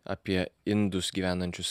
apie indus gyvenančius